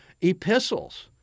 epistles